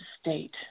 state